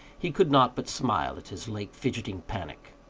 he could not but smile at his late fidgety panic.